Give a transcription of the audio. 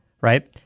right